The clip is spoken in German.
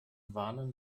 warnen